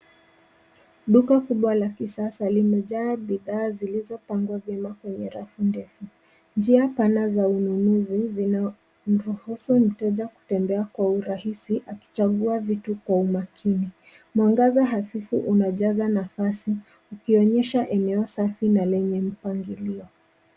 Duka kubwa la kisasa limejaa bidhaa zilizopangwa vyema kwenye rafu ndefu. Njia pana za ununuzi zinaruhusu mteja kutembea kwa urahisi, akichagua vitu kwa umakini. Mwangaza hafifu unajaza nafasi, ukionyesha eneo safi na lenye mpangilio.